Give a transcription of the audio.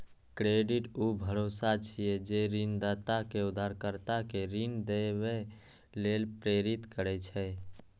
credit ऊ भरोसा छियै, जे ऋणदाता कें उधारकर्ता कें ऋण देबय लेल प्रेरित करै छै